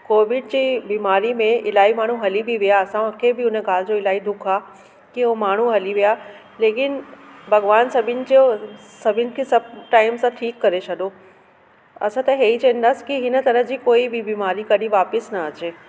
Covid बि बीमारी में इलाहीं माण्हू हली बि विया असांखे बि उन ॻाल्हि जो इलाही दुख आहे की हो माण्हू हली विया लेकिन भॻवानु सभिनि जो सभिनि खे सभु टाइम सां ठीकु करे छॾो असां त इहेई चाहींदासीं की हिन तरह जी कोई बि बीमारी कॾहिं वापसि न अचे